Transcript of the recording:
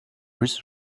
his